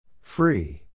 Free